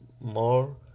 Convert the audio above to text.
more